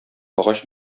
агач